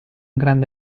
grande